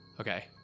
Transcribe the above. Okay